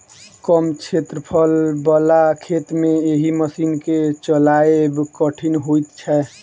कम क्षेत्रफल बला खेत मे एहि मशीन के चलायब कठिन होइत छै